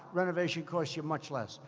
renovation costs you much less.